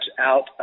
out